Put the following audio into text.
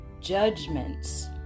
Judgments